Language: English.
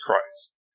Christ